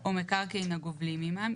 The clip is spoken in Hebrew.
או מקרקעין הגובלים עימם,